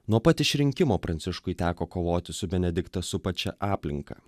nuo pat išrinkimo pranciškui teko kovoti su benediktą supančia aplinka